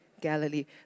Galilee